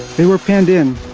they were pinned in,